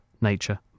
nature